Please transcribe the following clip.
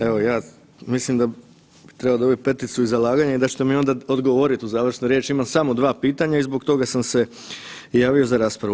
Evo ja mislim da bi trebao dobiti peticu iz zalaganja i da ćete mi onda odgovoriti u završnoj riječi, imam samo dva pitanja i zbog toga sam se i javio za raspravu.